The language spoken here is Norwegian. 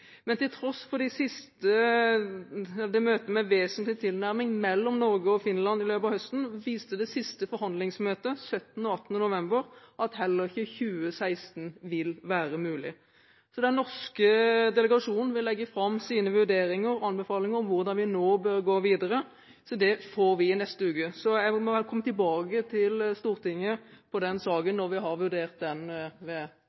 Men til tross for møter med vesentlig tilnærming mellom Norge og Finland i løpet av høsten, viste det siste forhandlingsmøtet, 17. og 18. november, at heller ikke 2016 vil være mulig. Den norske delegasjonen vil legge fram sine vurderinger og anbefalinger om hvordan vi nå bør gå videre. Det får vi i neste uke. Så jeg må komme tilbake til Stortinget med den